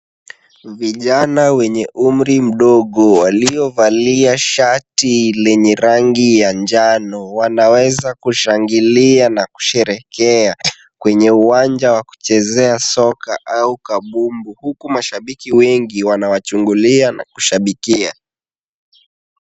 Vijana wenye umri mdogo waliovalia shati lenye rangi ya njano wanaweza kushangilia na kusherekea kwenye uwanja wa kuchezea soka au kabumbu huku washabiki wengi wanawachungulia na kushabikia.